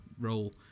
role